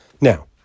Now